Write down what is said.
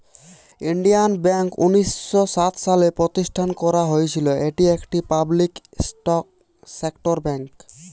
Indian bank উনিশ শ সাত সালে প্রতিষ্ঠান করা হয়েছিল, এটি একটি পাবলিক সেক্টর বেঙ্ক